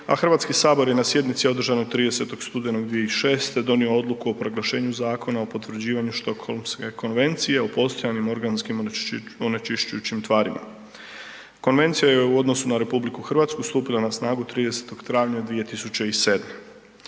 a HS je na sjednici održanoj 30. studenog 2006. donio odluku o proglašenju Zakona o potvrđivanju Štokholmske konvencije o postojanim organskim onečišćujućim tvarima. Konvencija je u odnosu na RH stupila na snagu 30. travnja 2007.